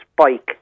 spike